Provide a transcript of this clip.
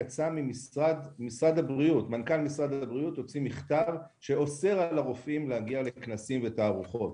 מנכ"ל משרד הבריאות הוציא מכתב שאוסר על רופאים להגיע לכנסים ולתערוכות,